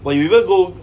but you won't go